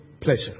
pleasure